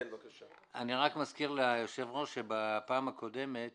אני רק מזכיר ליושב הראש שבפעם הקודמת